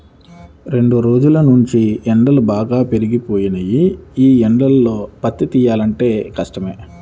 రెండ్రోజుల్నుంచీ ఎండలు బాగా పెరిగిపోయినియ్యి, యీ ఎండల్లో పత్తి తియ్యాలంటే కష్టమే